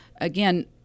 again